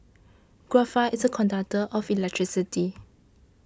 graphite is a conductor of electricity